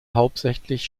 hauptsächlich